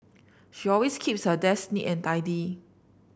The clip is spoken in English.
she always keeps her desk neat and tidy